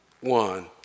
one